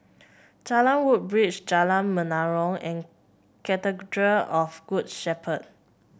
Jalan Woodbridge Jalan Menarong and of Good Shepherd